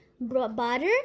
butter